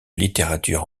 littérature